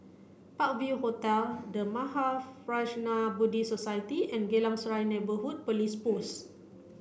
Park View Hotel The Mahaprajna Buddhist Society and Geylang Serai Neighbourhood Police Post